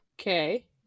Okay